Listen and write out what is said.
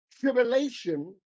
tribulation